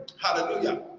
hallelujah